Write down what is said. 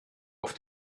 auf